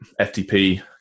FTP